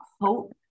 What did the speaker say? hope